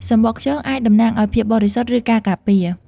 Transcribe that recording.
សំបកខ្យងអាចតំណាងឲ្យភាពបរិសុទ្ធ ឬការការពារ។